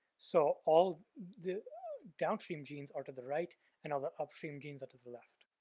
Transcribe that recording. so all the downstream genes are to the right and all the upstream genes are to the left.